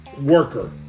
worker